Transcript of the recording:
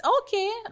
okay